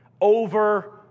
over